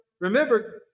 remember